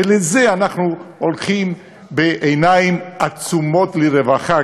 ולזה אנחנו הולכים בעיניים עצומות לרווחה,